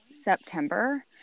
September